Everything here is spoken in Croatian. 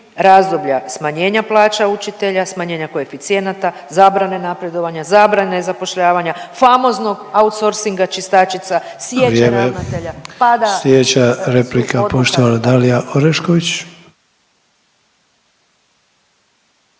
razdoblja smanjenja plaća učitelja, smanjenja koeficijenata, zabrane napredovanja, zabrane zapošljavanja, famoznog outsorsinga čistačica, siječe ravnatelja…/Upadica Sanader: